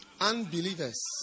Unbelievers